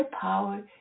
power